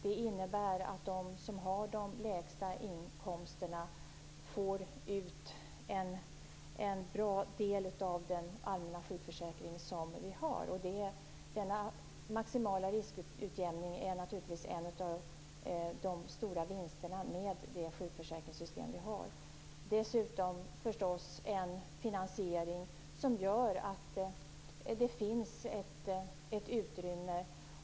Det innebär att de som har de lägsta inkomsterna får ut en bra del av den allmänna sjukförsäkring som vi har. Denna maximala riskutjämning är naturligtvis en av de stora vinsterna med det sjukförsäkringssystem vi har. Detta är förstås också en finansiering som gör att det finns ett utrymme.